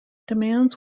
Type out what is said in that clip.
demands